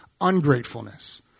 ungratefulness